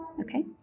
Okay